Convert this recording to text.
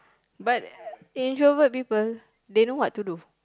but introvert people they know what to do